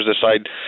decide